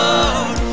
Lord